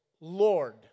Lord